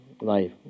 life